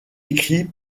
écrit